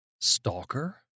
Stalker